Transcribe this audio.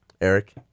Eric